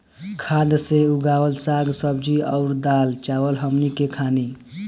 खाद से उगावल साग सब्जी अउर दाल चावल हमनी के खानी